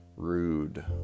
Rude